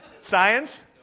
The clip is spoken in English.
Science